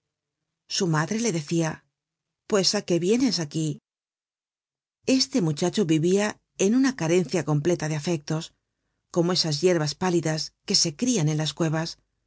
su madre le decia pues á qué vienes aquí este muchacho vivia en una carencia completa de afectos como esas yerbas pálidas que se crian en las cuevas